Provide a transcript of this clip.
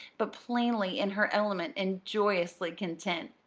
but plainly in her element and joyously content.